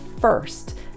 first